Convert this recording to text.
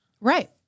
right